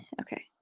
Okay